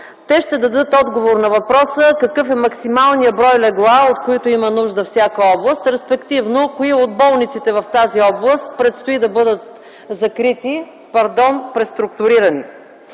Те ще дадат отговор на въпроса: какъв е максималният брой легла, от които има нужда всяка област, респективно кои от болниците в тази област предстои да бъдат закрити,